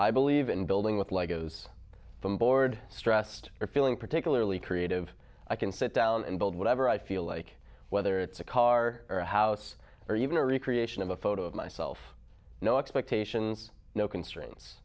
i believe in building with lego's from bored stressed or feeling particularly creative i can sit down and build whatever i feel like whether it's a car or a house or even a recreation of a photo of myself no expectations no constraints